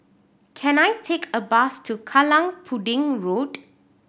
can I take a bus to Kallang Pudding Road